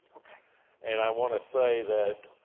and i want to say that